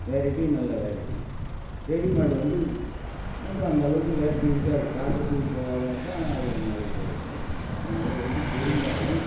வெரைட்டியும் நல்ல variety readymade வந்து வந்து அந்தளவுக்கு வெரைட்டி இருக்காது பார்க்குறத்துக்கு ஷோவாக தான் இருக்கும் ஆனால் அது ரொம்ப நாளைக்கு உழைக்காது அதனால வேண்டி பெரும்பாலும்